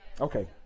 Okay